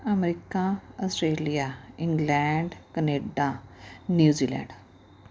America Australia England Canada New Zealand